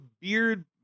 beard